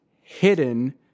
hidden